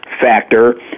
factor